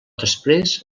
després